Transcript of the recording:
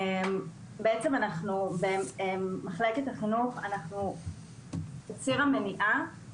אנחנו בעצם מדברים על יחסי כוח שבמרחבים הטרו-סקסואליים